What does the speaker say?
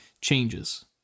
changes